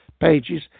pages